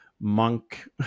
monk